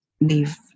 leave